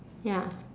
ya